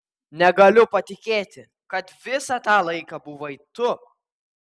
negaliu patikėti kad visą tą laiką buvai tu